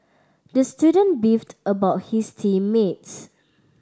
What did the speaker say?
the student beefed about his team mates